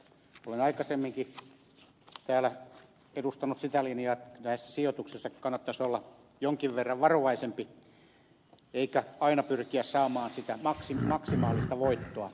olen aikaisemminkin täällä edustanut sitä linjaa että näissä sijoituksissa kannattaisi olla jonkin verran varovaisempi eikä aina pyrkiä saamaan sitä maksimaalista voittoa